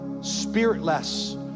spiritless